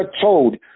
told